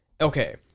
Okay